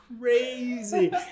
crazy